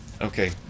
Okay